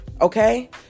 Okay